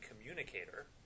communicator